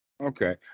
Okay